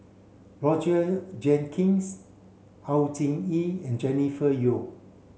Roger Jenkins Au Hing Yee and Jennifer Yeo